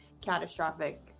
catastrophic